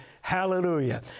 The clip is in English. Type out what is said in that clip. Hallelujah